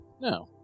No